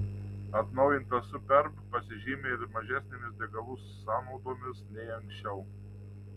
atnaujintas superb pasižymi ir mažesnėmis degalų sąnaudomis nei anksčiau